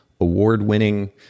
award-winning